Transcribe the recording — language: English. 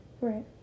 Right